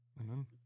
Amen